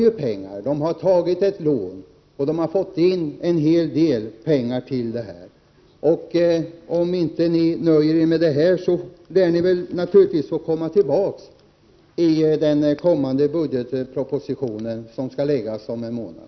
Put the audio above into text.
Nu har stiftelsen tagit ett lån och har fått in en hel del pengar till projektet, och om ni inte nöjer er med detta får ni komma tillbaka när budgetpropositionen läggs fram om en månad.